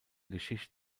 geschichte